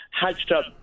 hatched-up